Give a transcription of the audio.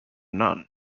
none